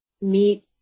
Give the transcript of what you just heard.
meet